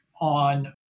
on